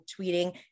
tweeting